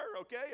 okay